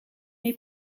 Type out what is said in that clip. neu